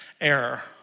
error